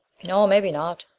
no. maybe not.